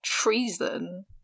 treason